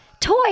toy